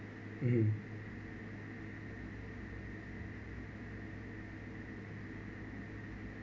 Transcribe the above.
mmhmm